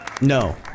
No